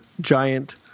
giant